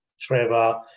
Trevor